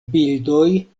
bildoj